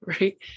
right